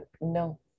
no